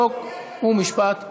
חוק ומשפט נתקבלה.